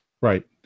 Right